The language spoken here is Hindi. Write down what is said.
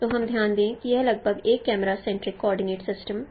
तो हम ध्यान दें कि यह लगभग एक कैमरा सेंटरिक कोऑर्डिनेट सिस्टम है